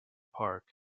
park